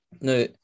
Now